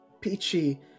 Peachy